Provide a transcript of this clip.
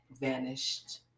vanished